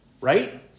Right